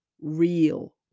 real